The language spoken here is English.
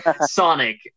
Sonic